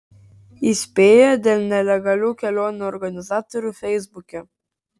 įspėja dėl nelegalių kelionių organizatorių feisbuke